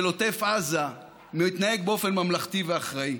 עוטף עזה מתנהג באופן ממלכתי ואחראי.